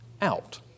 out